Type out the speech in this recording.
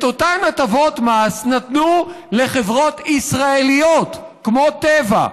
את אותן הטבות מס נתנו לחברות ישראליות כמו טבע,